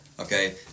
okay